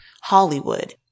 Hollywood